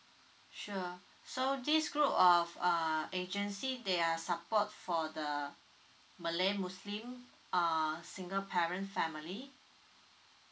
sure so this group of uh agency they are support for the malay muslim err single parent family